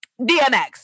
dmx